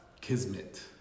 kismet